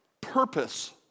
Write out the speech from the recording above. purpose